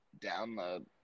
download